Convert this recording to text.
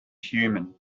human